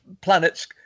planets